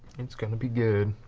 it's gonna be good.